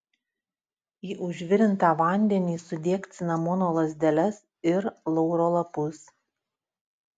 į užvirintą vandenį sudėk cinamono lazdeles ir lauro lapus